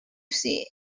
see